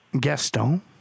Gaston